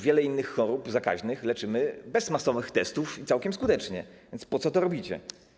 Wiele innych chorób zakaźnych leczymy bez masowych testów, i to całkiem skutecznie, więc po co to robicie.